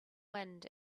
wind